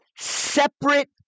separate